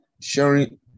sharing